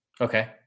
Okay